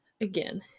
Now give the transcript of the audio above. again